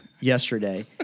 Yesterday